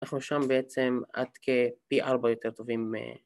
אנחנו שם בעצם עד כפי ארבע יותר טובים מ...